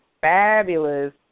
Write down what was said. fabulous